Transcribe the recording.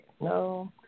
No